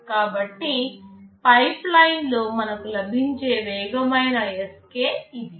కాబట్టి పైప్లైన్లో మనకు లభించే వేగమైన Sk ఇది